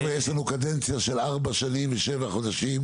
חבר'ה, יש לנו קדנציה של ארבע שנים ושבעה חודשים